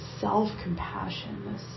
self-compassion